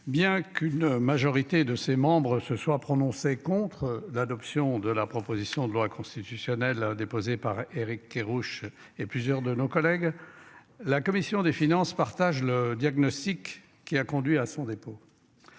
Bien qu'une majorité de ses membres se soit prononcée contre l'adoption de la proposition de loi constitutionnelle déposée par Éric Kerrouche et plusieurs de nos collègues. La commission des finances partage le diagnostic qui a conduit à son dépôt.